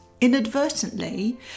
inadvertently